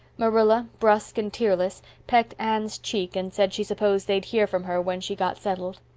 marilla, brusque and tearless, pecked anne's cheek and said she supposed they'd hear from her when she got settled.